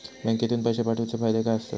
बँकेतून पैशे पाठवूचे फायदे काय असतत?